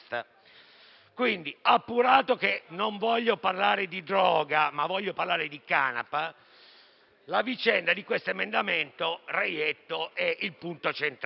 Quindi, appurato che non voglio parlare di droga, ma voglio parlare di canapa, la vicenda di questo emendamento reietto è il punto centrale.